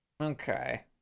Okay